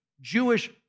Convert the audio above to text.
Jewish